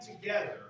together